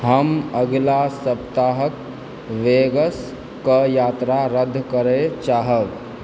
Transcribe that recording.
हम अगिला सप्ताहके वेगसके यात्रा रद्द करए चाहब